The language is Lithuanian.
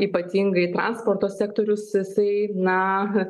ypatingai transporto sektorius jisai na